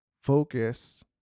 focus